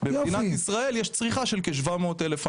במדינת ישראל יש צריכה של כ-700,000,